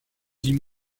dits